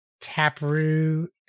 taproot